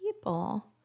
people